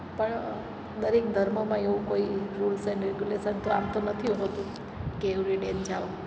પણ દરેક ધર્મમાં એવું કોઈ રૂલ્સ એન્ડ રેગ્યુલેશન તો આમ તો નથી હોતું કે એવરીડે એમ જાઓ